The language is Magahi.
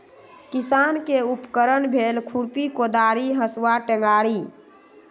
किसान के उपकरण भेल खुरपि कोदारी हसुआ टेंग़ारि